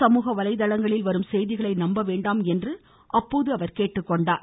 சமூக வலைதளங்களில் வரும் செய்திகளை நம்பவேண்டாம் என்று அவர் கேட்டுக்கொண்டார்